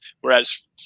Whereas